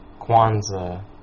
Kwanzaa